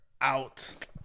out